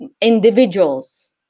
individuals